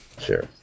Sure